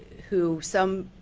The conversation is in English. who, some